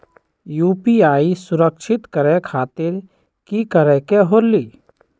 UPI सुरक्षित करे खातिर कि करे के होलि?